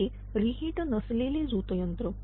हे reheat नसलेले झोतयंत्र